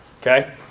okay